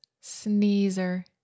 Sneezer